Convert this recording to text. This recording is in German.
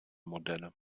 modelle